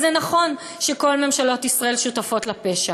אז נכון שכל ממשלות ישראל שותפות לפשע,